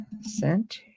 Sent